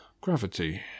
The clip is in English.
Gravity